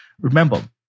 Remember